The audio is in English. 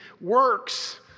works